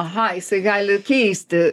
aha jisai gali keisti